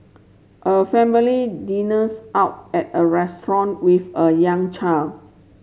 a family dinners out at a restaurant with a young child